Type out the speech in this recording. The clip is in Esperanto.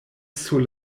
sur